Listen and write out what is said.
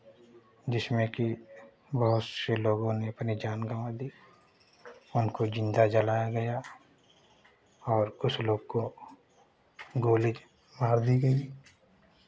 जिसमें कि बहुत से लोगों ने अपनी जान गँवा दी उनको ज़िन्दा जलाया गया और कुछ लोग को गोली मार दी गई